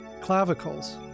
clavicles